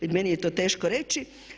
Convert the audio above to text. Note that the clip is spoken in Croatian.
Meni je to teško reći.